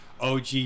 OG